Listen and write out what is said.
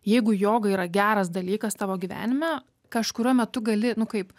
jeigu joga yra geras dalykas tavo gyvenime kažkuriuo metu gali nu kaip